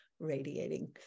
radiating